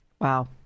Wow